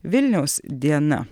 vilniaus diena